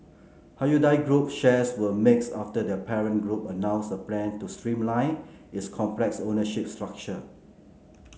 Hyundai Group shares were mixed after their parent group announced a plan to streamline its complex ownership structure